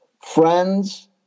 friends